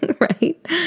right